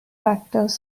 factors